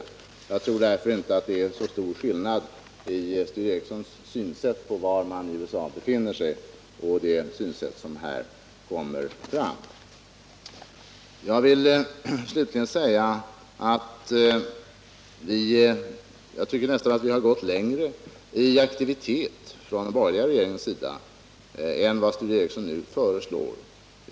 Jag tror därför att det inte är så stor skillnad mellan Sture Ericsons syn på var USA befinner sig och det synsätt som här kommer fram. Slutligen vill jag framhålla att jag tycker att den borgerliga regeringen nästan har gått längre i aktivitet än Sture Ericson nu föreslår.